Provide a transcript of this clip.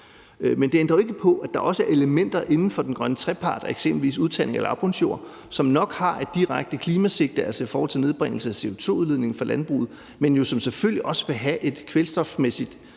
Men det ændrer jo ikke på, at der også er elementer inden for den grønne trepartsforhandling, eksempelvis udtagning af lavbundsjord, som nok har et direkte klimasigte, altså i forhold til nedbringelse af CO2-udledningen fra landbruget, men som selvfølgelig også vil have en kvælstofmæssig